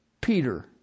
Peter